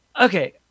Okay